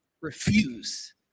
refuse